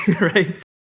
right